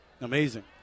Amazing